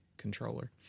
controller